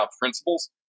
principles